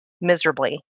miserably